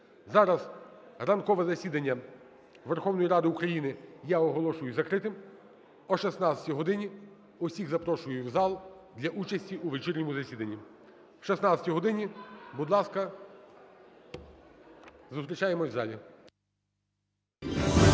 Зараз ранкове засідання Верховної Ради України я оголошую закритим. О 16 годині усіх запрошую в зал для участі у вечірньому засіданні. О 16 годині, будь ласка, зустрічаємось в залі.